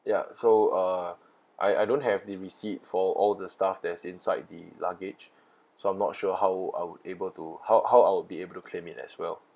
ya so uh I I don't have the receipt for all the stuff that's inside the luggage so I'm not sure how I would able to how how I'll be able to claim it as well